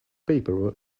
paper